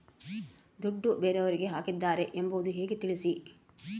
ದುಡ್ಡು ಬೇರೆಯವರಿಗೆ ಹಾಕಿದ್ದಾರೆ ಎಂಬುದು ಹೇಗೆ ತಿಳಿಸಿ?